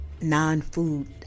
non-food